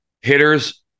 Hitters